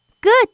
Good